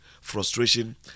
frustration